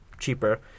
cheaper